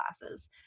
classes